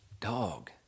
dog